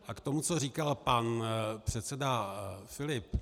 A k tomu, co říkal pan předseda Filip.